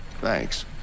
Thanks